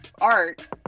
art